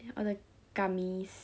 all the gummies